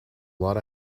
lot